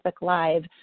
Live